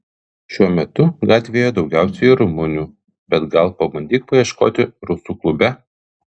šiuo metu gatvėje daugiausiai rumunių bet gal pabandyk paieškoti rusų klube